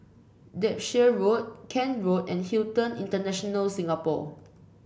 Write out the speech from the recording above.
Derbyshire Road Kent Road and Hilton International Singapore